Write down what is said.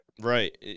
Right